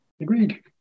Agreed